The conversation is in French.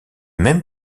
même